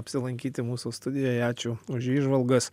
apsilankyti mūsų studijoj ačiū už įžvalgas